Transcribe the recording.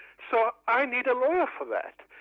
so i needed a lawyer for that.